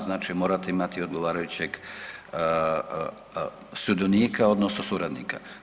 Znači morate imati odgovarajućeg sudionika odnosno suradnika.